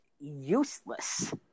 useless